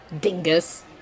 Dingus